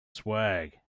swag